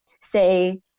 say